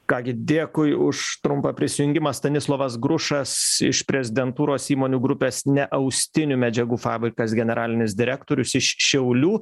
ką gi dėkui už trumpą prisijungimą stanislovas grušas iš prezidentūros įmonių grupės neaustinių medžiagų fabrikas generalinis direktorius iš šiaulių